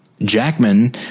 Jackman